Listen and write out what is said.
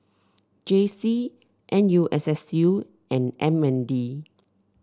J C N U S S U and M N D